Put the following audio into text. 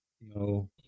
No